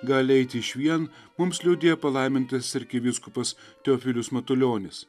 gali eiti išvien mums liudija palaimintas arkivyskupas teofilius matulionis